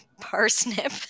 parsnip